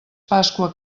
pasqua